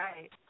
right